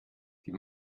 die